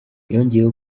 yongeyeho